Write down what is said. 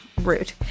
Rude